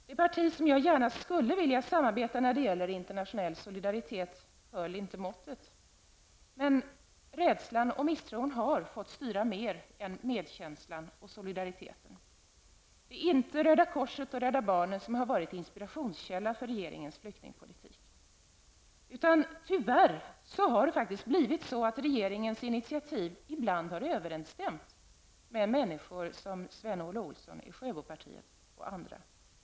Det parti som jag gärna skulle vilja samarbeta med när det gäller internationell solidaritet höll inte måttet. Rädslan och misstron har fått styra mer än medkänslan och solidariteten. Det har inte varit Röda korset och Rädda barnen som varit inspirationskälla för regeringens flyktingpolitik. Det har tyvärr blivit så att regeringens initiativ ibland mer har överensstämt med åsikterna hos människor som Sven-Olle Olsson i Sjöbopartiet och andra.